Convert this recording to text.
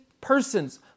persons